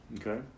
Okay